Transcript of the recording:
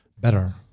better